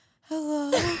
Hello